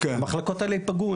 המחלקות האלה יפגעו,